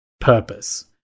purpose